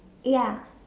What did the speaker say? ya